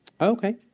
Okay